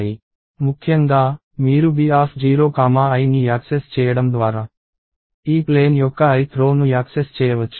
ముఖ్యంగా మీరు B0i ని యాక్సెస్ చేయడం ద్వారా ఈ ప్లేన్ యొక్క ith రో ను యాక్సెస్ చేయవచ్చు